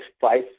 five